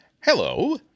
Hello